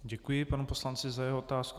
Děkuji panu poslanci za jeho otázku.